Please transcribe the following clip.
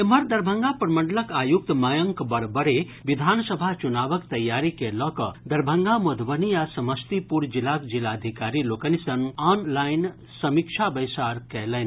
एम्हर दरभंगा प्रमंडलक आयुक्त मयंक बरबड़े विधानसभा चुनावक तैयारी के लऽ कऽ दरभंगा मधुबनी आ समस्तीपुर जिलाक जिलाधिकारी लोकनि सँ ऑनलाईन समीक्षा बैसार कयलनि